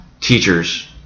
teachers